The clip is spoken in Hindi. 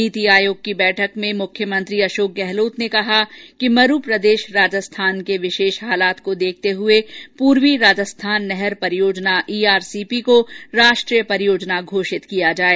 नीति आयोग की बैठक में मुख्यमंत्री अशोक गहलोत ने कहा कि मरू प्रदेश राजस्थान के विशेष हालात को देखते हये पूर्वी राजस्थान नहर परियोजना ईआरसीपी को राष्ट्रीय परियोजना घोषित किया जाए